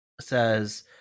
says